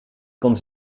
konden